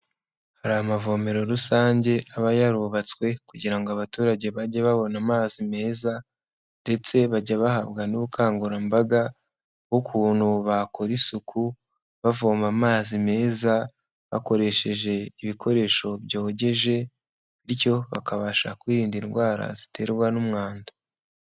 Hari amavomero rusange aba yarubatswe kugira ngo abaturage bajye babona amazi meza ndetse bajya bahabwa n'ubukangurambaga bw'ukuntu bakora isuku, bavoma amazi meza, bakoresheje ibikoresho byogeje, bityo bakabasha kwirinda indwara ziterwa n'umwanda.